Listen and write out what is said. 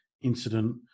incident